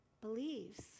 believes